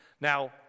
Now